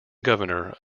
governor